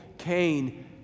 Cain